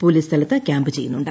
police സ്ഥലത്ത് camp ചെയ്യുന്നുണ്ട്